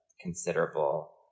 considerable